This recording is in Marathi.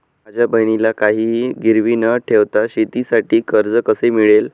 माझ्या बहिणीला काहिही गिरवी न ठेवता शेतीसाठी कर्ज कसे मिळेल?